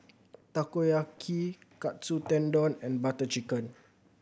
Takoyaki Katsu Tendon and Butter Chicken